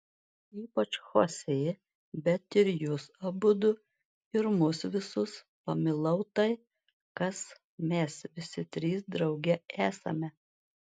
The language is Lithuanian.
ypač chosė bet ir jus abudu ir mus visus pamilau tai kas mes visi trys drauge esame